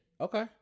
okay